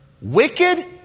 Wicked